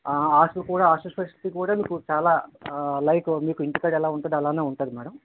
hostel కూడా hostel facilities కూడా మీకు చాలా లైక్ మీకు ఇంటికాడ ఎలా ఉంటుందో అలానే ఉంటుంది మ్యాడం